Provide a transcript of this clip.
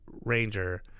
ranger